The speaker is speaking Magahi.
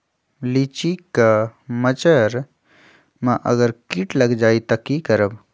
लिचि क मजर म अगर किट लग जाई त की करब?